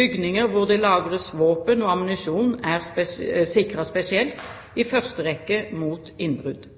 Bygninger hvor det lagres våpen og ammunisjon, er sikret spesielt, i første rekke mot innbrudd.